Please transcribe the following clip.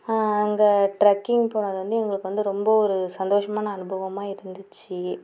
அங்கே ட்ரெக்கிங் போனது வந்து எங்களுக்கு வந்து ரொம்ப ஒரு சந்தோஷமான அனுபவமாக இருந்துச்சு